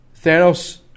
Thanos